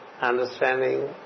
understanding